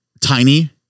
tiny